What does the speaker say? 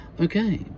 okay